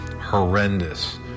horrendous